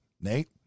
Nate